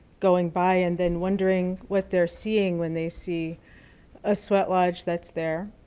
going by, and then wondering what they're seeing when they see a sweat lodge that's there.